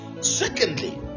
Secondly